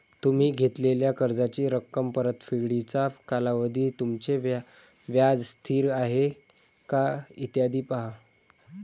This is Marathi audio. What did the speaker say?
तुम्ही घेतलेल्या कर्जाची रक्कम, परतफेडीचा कालावधी, तुमचे व्याज स्थिर आहे का, इत्यादी पहा